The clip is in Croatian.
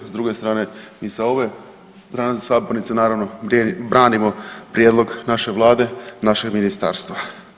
S druge strane i sa ove strane sabornice, naravno, branimo prijedlog naše vlade, našeg ministarstva.